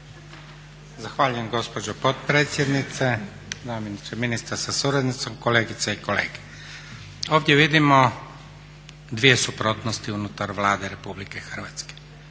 Zahvaljujem gospođo potpredsjednice. Zamjeniče ministra sa suradnicom, kolegice i kolege ovdje vidimo dvije suprotnosti unutar Vlade Republike Hrvatske.